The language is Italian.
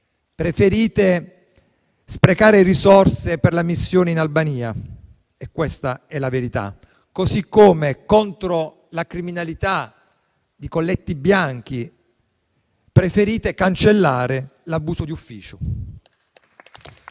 Preferite sprecare risorse per la missione in Albania, questa è la verità. Così come contro la criminalità dei colletti bianchi preferite cancellare l'abuso di ufficio.